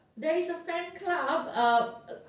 there is a fan club ah